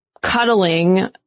cuddling